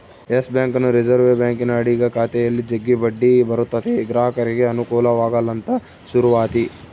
Yes ಬ್ಯಾಂಕನ್ನು reserve ಬ್ಯಾಂಕಿನ ಅಡಿಗ ಖಾತೆಯಲ್ಲಿ ಜಗ್ಗಿ ಬಡ್ಡಿ ಬರುತತೆ ಗ್ರಾಹಕರಿಗೆ ಅನುಕೂಲವಾಗಲಂತ ಶುರುವಾತಿ